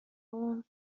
اون